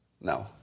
No